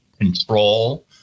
control